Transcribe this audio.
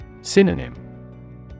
Synonym